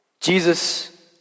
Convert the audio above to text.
Jesus